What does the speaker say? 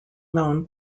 known